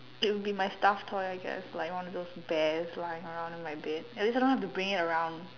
it would be my stuff toy I guess like one of those bears lying around in my bed at least I don't have to bring it around